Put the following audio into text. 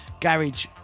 garage